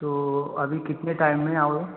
तो अभी कितने टाइम में आओ